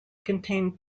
contained